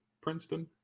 Princeton